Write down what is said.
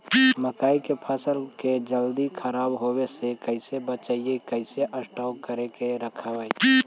मकइ के फ़सल के जल्दी खराब होबे से कैसे बचइबै कैसे स्टोर करके रखबै?